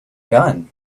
gun